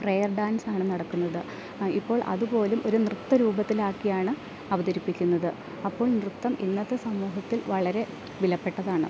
prayer ഡാൻസാണ് നടക്കുന്നത് ഇപ്പോൾ അതുപോലും ഒരു നൃത്ത രൂപത്തിലാക്കിയാണ് അവതരിപ്പിക്കുന്നത് അപ്പോൾ നൃത്തം ഇന്നത്തെ സമൂഹത്തിൽ വളരെ വിലപ്പെട്ടതാണ്